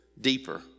deeper